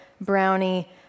brownie